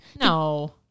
No